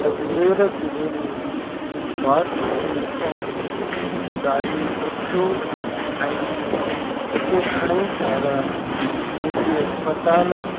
अजमेर ज़िले में स्वास्थ्य सेवाऊं ॾाढी सुठियूं आहिनि हिते घणेई सारा निजी इस्पतालि